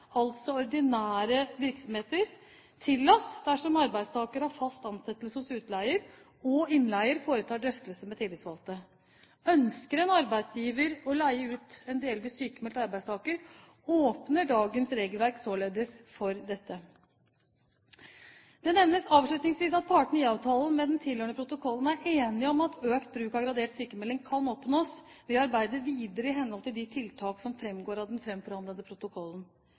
altså ordinære virksomheter, tillatt dersom arbeidstaker har fast ansettelse hos utleier og innleier foretar drøftelser med tillitsvalgte. Ønsker en arbeidsgiver å leie ut en delvis sykmeldt arbeidstaker, åpner dagens regelverk således for dette. Det nevnes avslutningsvis at partene i IA-avtalen med den tilhørende protokollen er enige om at økt bruk av gradert sykmelding kan oppnås ved å arbeide videre i henhold til de tiltak som fremgår av den fremforhandlede protokollen.